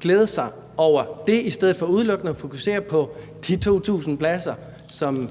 glæde sig over det i stedet for udelukkende at fokusere på de 2.000 pladser, som